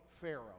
Pharaoh